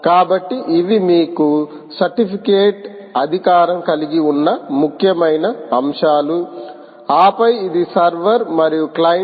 కాబట్టి ఇవి మీకు సర్టిఫికేట్ అధికారం కలిగి ఉన్న ముఖ్యమైన అంశాలు ఆపై ఇది సర్వర్ మరియు క్లయింట్